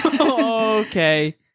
Okay